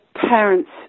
parents